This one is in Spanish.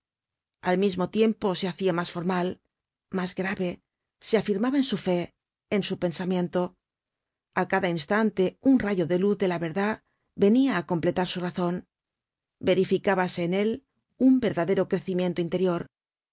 al mismo tiempo se hacia mas formal mas grave se afirmaba en su fe en su pensamiento a cada instante un rayo de luz de la verdad venia á completar su razon verificábase en él un verdadero crecimiento interior